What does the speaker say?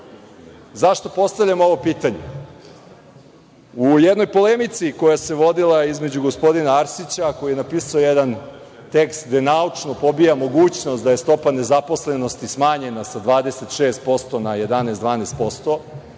Zašto postavljam ovo pitanje? U jednoj polemici koja se vodila između gospodina Arsića, koji je napisao jedan tekst gde naučno pobija mogućnost da je stopa nezaposlenosti smanjena sa 26% na 11, 12%,